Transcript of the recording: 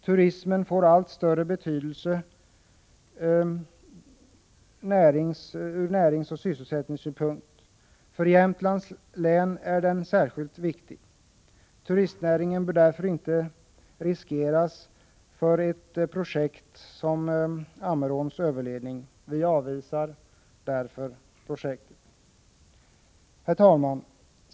Turismen får allt större betydelse från näringsoch sysselsättningssynpunkt. För Jämtlands län är den särskilt viktig. Turistnäringen bör därför inte riskeras för ett projekt som Ammeråns överledning. Vi avvisar därför projektet. Herr talman!